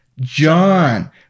John